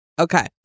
Okay